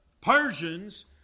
Persians